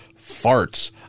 farts